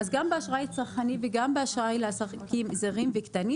אז גם באשראי צרכני וגם באשראי לעסקים זעירים וקטנים